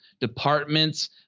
departments